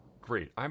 great